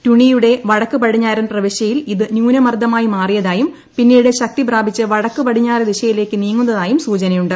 ടുണിയുടെ വടക്ക് പടിഞ്ഞാറൻ പ്രവിശ്യയിൽ ഇത് ന്യൂനമർദ്ദമായി മാറിയതായും പിന്നീട് ശക്തി പ്രാപിച്ച് വടക്ക് പടിഞ്ഞാറ് ദിശയിലേക്ക് നീങ്ങുന്നതായും സൂചനയുണ്ട്